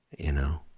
you know,